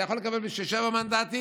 אתה יכול לקבל בשביל שבעה מנדטים,